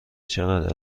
چقدر